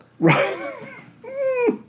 Right